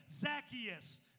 Zacchaeus